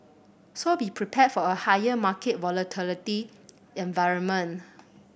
so be prepared for a higher market volatility environment